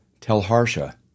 Telharsha